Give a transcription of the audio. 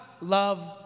love